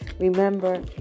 Remember